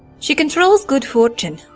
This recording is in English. she controls good fortune,